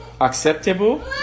acceptable